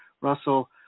russell